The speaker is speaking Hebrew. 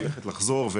ללכת ולחזור.